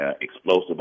Explosive